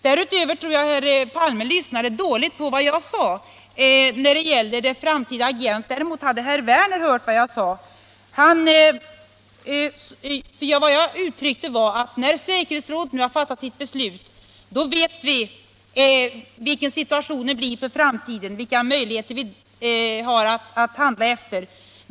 Därutöver tror jag att herr Palme lyssnade dåligt på vad jag sade om det framtida agerandet. Däremot hade herr Werner hört vad jag sade. Vad jag ville framhålla var att när säkerhetsrådet nu har fattat sitt beslut vet vi vilken situationen blir för framtiden och vilka möjligheter vi har att handla.